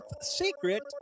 secret